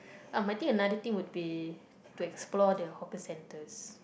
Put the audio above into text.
uh I think the another thing would be to explore the hawker centres